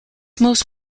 most